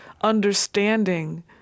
understanding